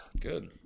Good